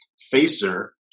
Facer